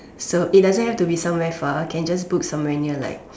so it doesn't have to be somewhere far you can just book somewhere near like